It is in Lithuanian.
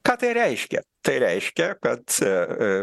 ką tai reiškia tai reiškia kad